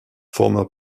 former